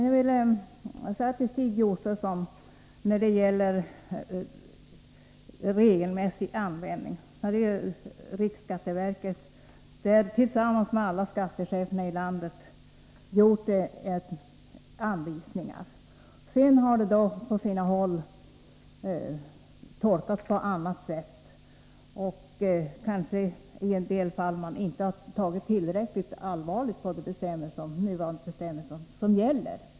Jag vill säga till Stig Josefson när det gäller orden regelmässig användning att riksskatteverket tillsammans med alla skattecheferna i landet utformat anvisningar som på sina håll tolkats på ett avvikande sätt. I en del fall har man kanske inte tagit tillräckligt allvarligt på de bestämmelser som nu gäller.